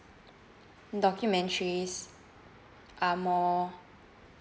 documentaries are more